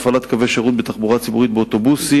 מתן רשיונות להפעלת קווי שירות בתחבורה ציבורית ובאוטובוסים,